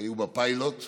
שהיו בפיילוט.